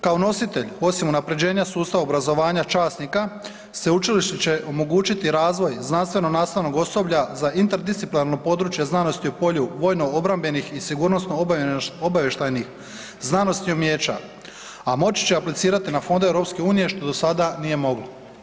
Kao nositelj, osim unaprjeđenja sustava obrazovanja časnika, sveučilište će omogućiti razvoj znanstveno-nastavnog osoblja za interdisciplinarno područje znanosti u polju vojno-obrambenih i sigurnosno-obavještajnih znanosti i umijeća, a moći će aplicirati na fondovima EU što do sada nije moglo.